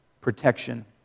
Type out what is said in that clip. protection